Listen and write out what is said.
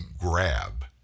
grab